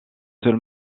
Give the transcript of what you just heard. seul